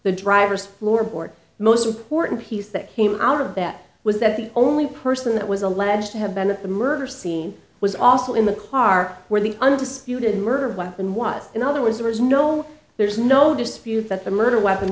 the driver's lord most important piece that came out of that was that the only person that was alleged to have been at the murder scene was also in the car where the undisputed murder weapon was in other words there's no there's no dispute that the murder weapon